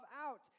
out